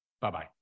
Bye-bye